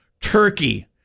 Turkey